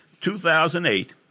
2008